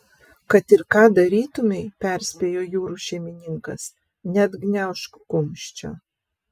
kad ir ką darytumei perspėjo jūrų šeimininkas neatgniaužk kumščio